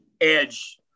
edge